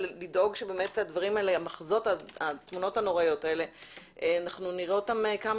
ולדאוג שהתמונות הנוראיות האלה נראה אותן כמה